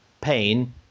pain